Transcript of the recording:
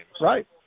Right